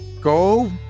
go